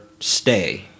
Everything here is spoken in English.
stay